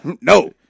No